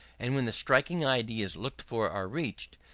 and when the striking ideas looked for are reached,